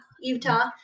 Utah